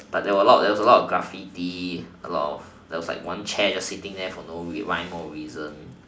but there were a lot of was a lot of graffiti a lot of there was one chair just sitting there for no way why no reason